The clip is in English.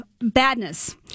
badness